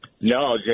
No